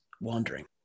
wandering